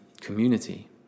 community